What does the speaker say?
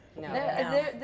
No